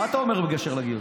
מה אתה אומר בקשר לגיוס?